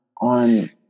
on